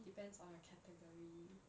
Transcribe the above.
depends on your category